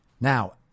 Now